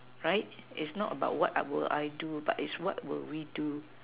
right is not about what I will I do but it's what will we do